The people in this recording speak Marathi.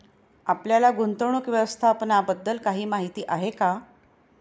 आपल्याला गुंतवणूक व्यवस्थापनाबद्दल काही माहिती आहे का?